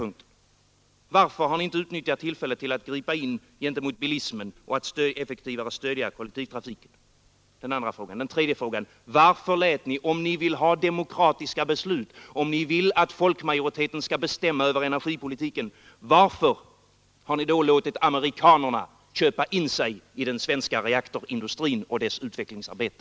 Varför har ni för det andra inte utnyttjat tillfället att gripa in gentemot bilismen och effektivare stödja kollektivtrafiken? Varför har ni för det tredje — om ni vill att folkmajoriteten skall bestämma energipolitiken — låtit amerikanarna köpa in sig i den svenska reaktorindustrin och dess utvecklingsarbete?